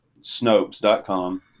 Snopes.com